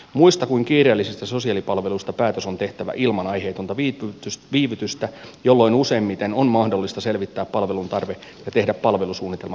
muista kuin kiireellisistä sosiaalipalveluista päätös on tehtävä ilman aiheetonta viivytystä jolloin useimmiten on mahdollista selvittää palveluntarve ja tehdä palvelusuunnitelma päätöksenteon tueksi